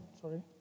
sorry